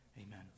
Amen